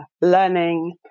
learning